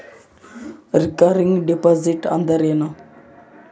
Recurring deposit ಅಂದರೇನು?